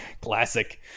Classic